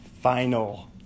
final